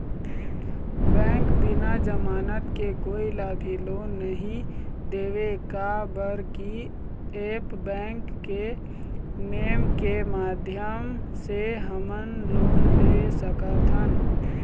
Bank बिना जमानत के कोई ला भी लोन नहीं देवे का बर की ऐप बैंक के नेम के माध्यम से हमन लोन ले सकथन?